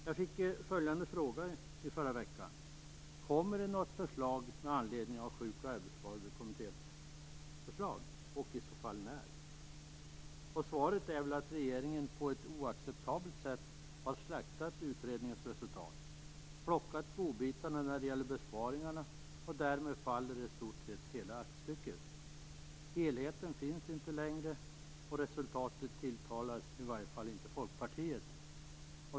Jag fick följande fråga i förra veckan: Kommer det något förslag med anledning av Sjuk och arbetsskadekommitténs förslag, och i så fall när? Svaret är väl att regeringen på ett oacceptabelt sätt har slaktat utredningens resultat, plockat godbitarna när det gäller besparingarna, och därmed faller i stort sett hela aktstycket. Helheten finns inte längre, och resultatet tilltalar i varje fall inte Folkpartiet.